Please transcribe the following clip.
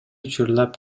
учурлар